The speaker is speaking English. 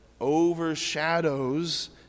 overshadows